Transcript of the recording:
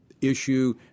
issue